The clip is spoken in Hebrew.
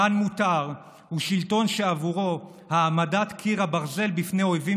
"כאן מותר" הוא שלטון שעבורו העמדת קיר הברזל בפני אויבים